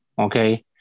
Okay